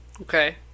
Okay